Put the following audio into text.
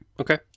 Okay